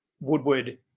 woodward